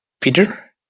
peter